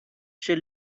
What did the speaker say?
she